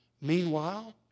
Meanwhile